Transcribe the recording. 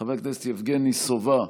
חבר הכנסת יבגני סובה,